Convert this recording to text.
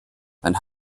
sein